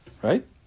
Right